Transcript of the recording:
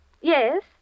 Yes